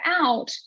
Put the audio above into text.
out